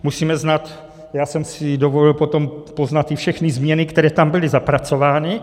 Musíme znát, já jsem si dovolil potom poznat všechny změny, které tam byly zapracovány.